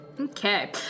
Okay